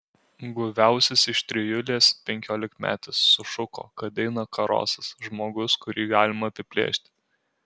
guviausias iš trijulės penkiolikmetis sušuko kad eina karosas žmogus kurį galima apiplėšti